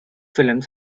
films